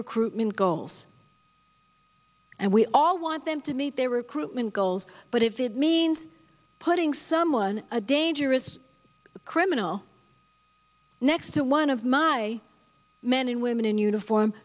recruitment goals and we all want them to meet their recruitment goals but if it means putting someone a dangerous criminal next to one of my men and women in uniform